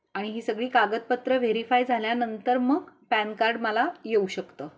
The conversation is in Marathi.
आणि ही सगळी कागदपत्रं व्हेरीफाय झाल्यानंतर मग पॅन कार्ड मला येऊ शकतं